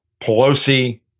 Pelosi